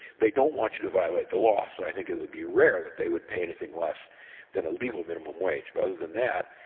they don't want you to violate the law, so i think it would be rare that they would pay anything less than a legal minimum wage, but other than that,